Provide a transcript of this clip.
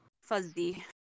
Fuzzy